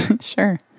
Sure